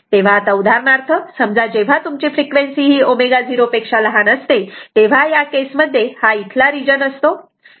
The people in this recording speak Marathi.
तेव्हा आता उदाहरणार्थ समजा जेव्हा तुमची फ्रिक्वेन्सी ही ω0 पेक्षा लहान असते तेव्हा या केसमध्ये हा इथला रिजन असतो